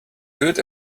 good